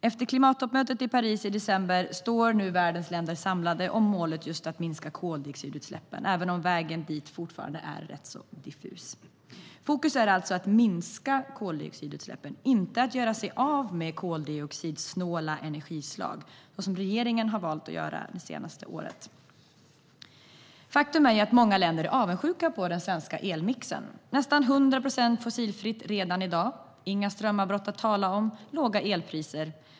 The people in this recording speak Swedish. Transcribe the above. Efter klimattoppmötet i Paris i december står nu världens länder samlade bakom målet att minska koldioxidutsläppen, även om vägen dit fortfarande är ganska diffus. Fokus är alltså på att minska koldioxidutsläppen, inte på att göra sig av med koldioxidsnåla energislag som regeringen har valt att göra det senaste året. Faktum är att många länder är avundsjuka på den svenska elmixen. Det är nästan 100 procent fossilfritt redan i dag. Vi har inga strömavbrott att tala om, och vi har låga elpriser.